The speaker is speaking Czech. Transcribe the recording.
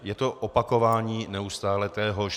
Je to opakování neustále téhož.